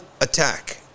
attack